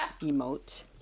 emote